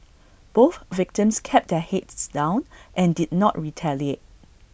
both victims kept their heads down and did not retaliate